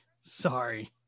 Sorry